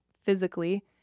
physically